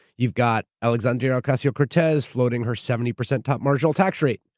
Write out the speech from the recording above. you've got alexandria ocasio-cortez floating her seventy percent top marginal tax rate,